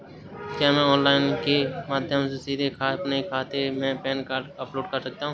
क्या मैं ऑनलाइन के माध्यम से सीधे अपने खाते में पैन कार्ड अपलोड कर सकता हूँ?